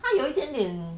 他有一点点